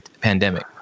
pandemic